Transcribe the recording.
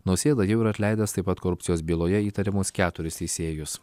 nausėda jau yra atleidęs taip pat korupcijos byloje įtariamus keturis teisėjus